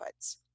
inputs